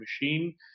machine